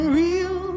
real